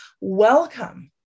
welcome